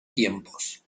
tiempos